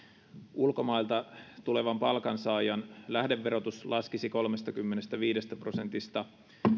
ulkomailta tulevan palkansaajan lähdeverotus laskisi kolmestakymmenestäviidestä prosentista